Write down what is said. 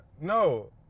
no